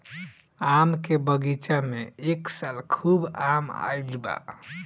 आम के बगीचा में ए साल खूब आम आईल बा